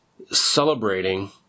celebrating